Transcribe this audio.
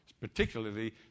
Particularly